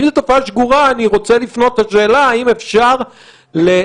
אם זאת תופעה שגורה אני רוצה לפנות בשאלה האם אפשר לייצר